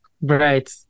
Right